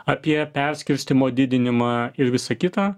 apie perskirstymo didinimą ir visa kita